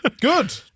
Good